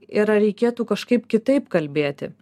ir ar reikėtų kažkaip kitaip kalbėti